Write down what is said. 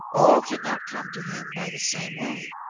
all can not come to him by the same way.